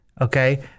okay